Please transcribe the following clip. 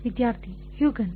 ವಿದ್ಯಾರ್ಥಿ ಹ್ಯುಗೆನ್